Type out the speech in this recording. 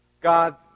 God